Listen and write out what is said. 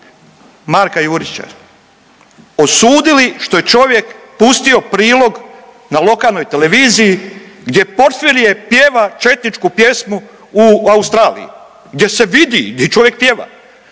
Marka Jurića osudili što je čovjek pustio prilog na lokalnoj televiziji gdje je Porfirije pjeva četničku pjesmu u Australiji, gdje se vidi di čovjek pjeva.